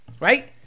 Right